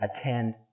attend